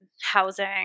housing